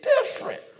different